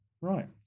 Right